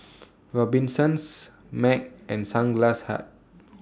Robinsons Mac and Sunglass Hut